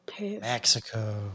Mexico